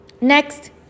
Next